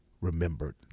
remembered